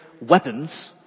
weapons